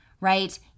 right